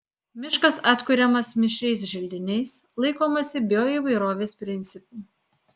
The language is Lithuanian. miškas atkuriamas mišriais želdiniais laikomasi bioįvairovės principų